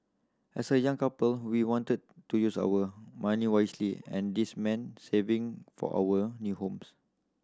as a young couple we wanted to use our money wisely and this meant saving for our new homes